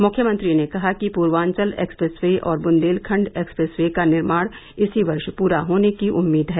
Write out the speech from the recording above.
मुख्यमंत्री ने कहा कि पूर्वांचल एक्सप्रेस वे और बुंदेलखंड एक्सप्रेस वे का निर्माण इसी वर्ष पूरा होने की उम्मीद है